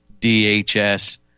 DHS